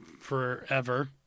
forever